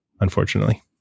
unfortunately